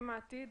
הם העתיד,